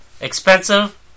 Expensive